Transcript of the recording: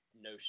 no